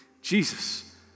Jesus